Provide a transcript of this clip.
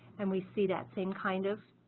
and we see that's same kind of